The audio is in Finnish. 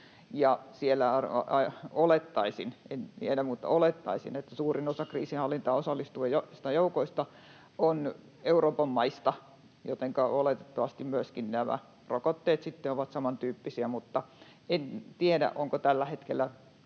olettaisin — suurin osa kriisinhallintaan osallistuvista joukoista on Euroopan maista, jotenka oletettavasti myöskin nämä rokotteet sitten ovat samantyyppisiä. Mutta en tiedä, onko tällä hetkellä